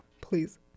Please